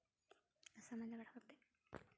ᱜᱷᱟᱥᱟᱣ ᱢᱟᱡᱟ ᱵᱟᱲᱟ ᱠᱟᱛᱮ